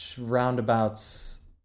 roundabouts